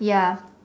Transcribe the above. ya